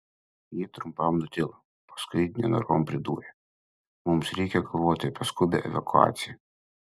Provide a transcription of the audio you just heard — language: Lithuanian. ji trumpam nutilo paskui nenorom pridūrė mums reikia galvoti apie skubią evakuaciją